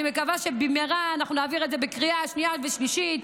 אני מקווה שבמהרה אנחנו נעביר את זה בקריאה שנייה שלישית,